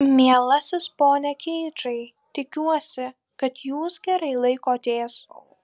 mielasis pone keidžai tikiuosi kad jūs gerai laikotės